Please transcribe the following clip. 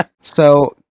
So-